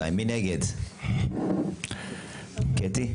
את ההסתייגות.